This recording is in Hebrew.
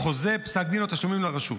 (חוזה, פסק דין או תשלום לרשות)